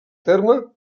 terme